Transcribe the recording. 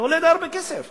זה עולה די הרבה כסף.